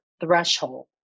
threshold